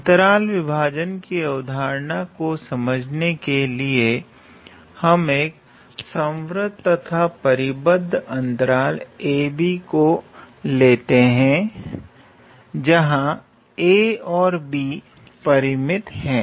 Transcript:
अंतराल विभाजन की अवधारणा को समझने के लिए हम एक संवृत तथा परिबद्ध अंतराल ab को लेते हैं जहां a तथा b परिमित हैं